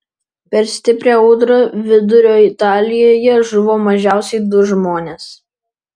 per stiprią audrą vidurio italijoje žuvo mažiausiai du žmonės